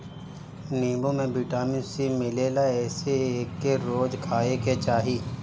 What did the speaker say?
नीबू में vitamin C मिलेला एसे एके रोज खाए के चाही